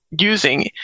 using